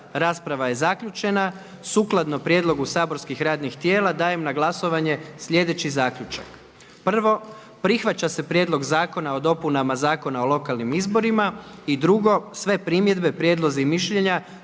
Rasprava je zaključena. Sukladno prijedlogu saborskih radnih tijela dajem na glasovanje slijedeći zaključak 1. prihvaća se prijedlog Zakona o izmjenama i dopunama Ovršnog zakona. 2. sve primjedbe, prijedlozi i mišljenja